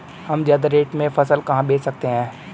हम ज्यादा रेट में फसल कहाँ बेच सकते हैं?